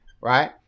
right